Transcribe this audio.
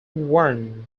warned